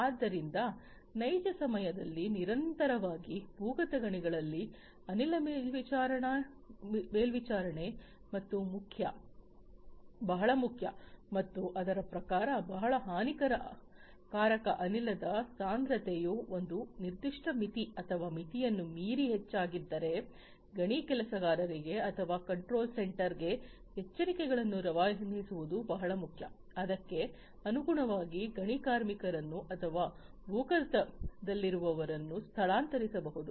ಆದ್ದರಿಂದ ನೈಜ ಸಮಯದಲ್ಲಿ ನಿರಂತರವಾಗಿ ಭೂಗತ ಗಣಿಗಳಲ್ಲಿ ಅನಿಲ ಮೇಲ್ವಿಚಾರಣೆ ಬಹಳ ಮುಖ್ಯ ಮತ್ತು ಅದರ ಪ್ರಕಾರ ಬಹಳ ಹಾನಿಕಾರಕ ಅನಿಲದ ಸಾಂದ್ರತೆಯು ಒಂದು ನಿರ್ದಿಷ್ಟ ಮಿತಿ ಅಥವಾ ಮಿತಿಯನ್ನು ಮೀರಿ ಹೆಚ್ಚಾಗಿದ್ದರೆ ಗಣಿ ಕೆಲಸಗಾರರಿಗೆ ಅಥವಾ ಕಂಟ್ರೋಲ್ ಸೆಂಟರ್ಗೆ ಎಚ್ಚರಿಕೆಗಳನ್ನು ರವಾನಿಸುವುದು ಬಹಳ ಮುಖ್ಯ ಅದಕ್ಕೆ ಅನುಗುಣವಾಗಿ ಗಣಿ ಕಾರ್ಮಿಕರನ್ನು ಅಥವಾ ಭೂಗತದಲ್ಲಿರುವವರನ್ನು ಸ್ಥಳಾಂತರಿಸಬಹುದು